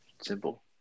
simple